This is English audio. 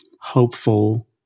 hopeful